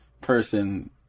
person